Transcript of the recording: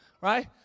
Right